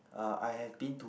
uh I have been to